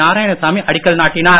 நாராயணசாமி அடிக்கல் நாட்டினார்